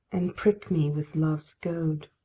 and prick me with love's goad.